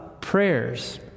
prayers